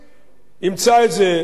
ימצא את זה ב-YouTube.